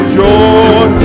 joy